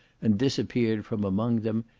and disappeared from among them,